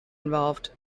involved